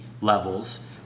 levels